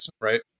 right